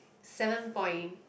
seven point